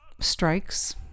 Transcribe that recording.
Strikes